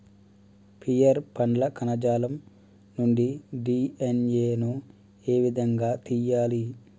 Pear పండ్ల కణజాలం నుండి డి.ఎన్.ఎ ను ఏ విధంగా తియ్యాలి?